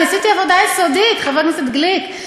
עשיתי עבודה יסודית, חבר הכנסת גליק.